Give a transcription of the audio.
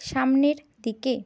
সামনের দিকে